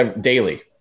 daily